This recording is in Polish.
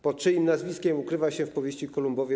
Pod czyim nazwiskiem ukrywa się w powieści ˝Kolumbowie.